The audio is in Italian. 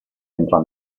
entrò